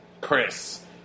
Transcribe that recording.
Chris